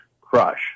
crush